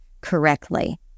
correctly